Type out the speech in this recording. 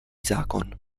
zákon